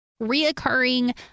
reoccurring